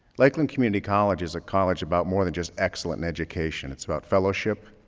lakeland community college is a college about more than just excellent education. it's about fellowship.